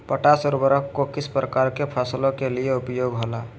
Potash उर्वरक को किस प्रकार के फसलों के लिए उपयोग होईला?